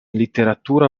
literatura